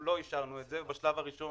לא אישרנו את זה, בשלב הראשון